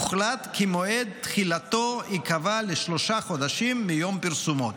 כי מועד תחילתו ייקבע לשלושה חודשים מיום פרסומו,